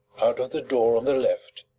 out of the door on the left,